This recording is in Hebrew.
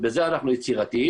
ובזה אנחנו יצירתיים,